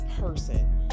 person